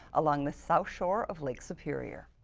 along the south shore of lake superior.